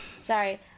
sorry